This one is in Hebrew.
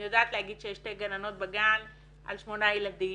אני יודעת להגיד שיש שתי גננות בגן על שמונה ילדים.